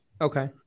Okay